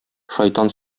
шайтан